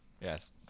yes